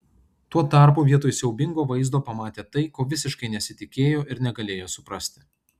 tuo tarpu vietoj siaubingo vaizdo pamatė tai ko visiškai nesitikėjo ir negalėjo suprasti